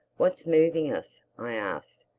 what's moving us? i asked.